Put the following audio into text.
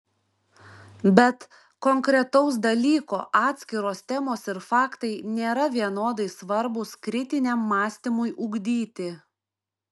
bet konkretaus dalyko atskiros temos ir faktai nėra vienodai svarbūs kritiniam mąstymui ugdyti